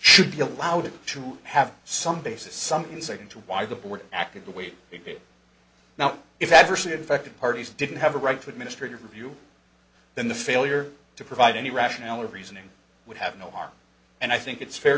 should be allowed to have some basis some insight into why the board acted the way it did now if adversely affected parties didn't have a right to administrative review then the failure to provide any rationale or reasoning would have no harm and i think it's fair